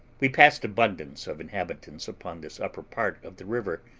we passed abundance of inhabitants upon this upper part of the river,